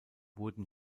wurden